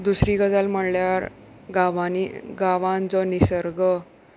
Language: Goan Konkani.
दुसरी गजाल म्हणल्यार गांवांनी गांवान जो निसर्ग